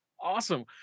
Awesome